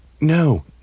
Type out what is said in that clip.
No